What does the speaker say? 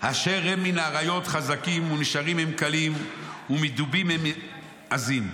אשר הם מהאריות חזקים ומנשרים הם קלים ומדובים הם עזים".